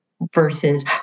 versus